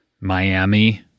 Miami